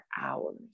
hours